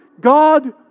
God